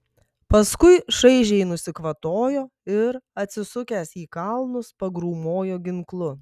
paskui šaižiai nusikvatojo ir atsisukęs į kalnus pagrūmojo ginklu